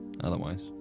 otherwise